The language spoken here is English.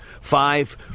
Five